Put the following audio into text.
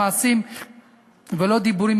במעשים ולא בדיבורים,